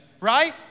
right